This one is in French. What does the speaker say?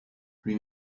lui